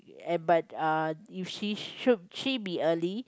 but uh if she should she be early